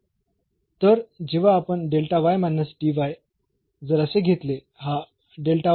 तर जेव्हा आपण जर असे घेतले हा आहे